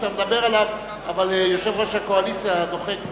אבל יושב-ראש הקואליציה דוחק בי.